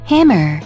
Hammer